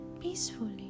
peacefully